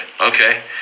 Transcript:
Okay